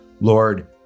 Lord